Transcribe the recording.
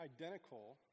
identical